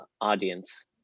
audience